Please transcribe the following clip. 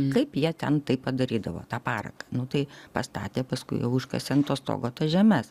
kaip jie ten taip padarydavo tą paraką nu tai pastatė paskui užkasė ant to stogo tas žemes